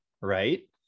right